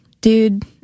dude